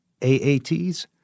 AATs